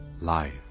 life